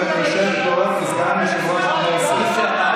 אני יושב פה כסגן יושב-ראש הכנסת.